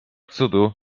cudu